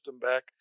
back